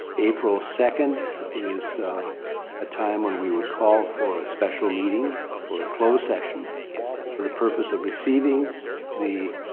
april second is a time when we would call for a special meeting for a closed session for the purpose of receiving the.